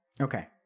Okay